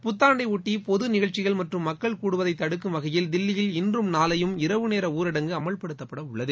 புத்தாண்டையொட்டி பொது நிகழ்ச்சிகள் மற்றும் மக்கள் கூடுவதை தடுக்கும் வகையில் தில்லியில் இன்றும் நாளையும் இரவு நேர ஊரடங்கு அமல்படுத்தப்பட உள்ளது